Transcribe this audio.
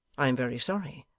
i am very sorry,